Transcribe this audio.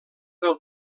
del